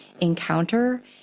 encounter